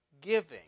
giving